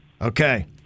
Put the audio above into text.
Okay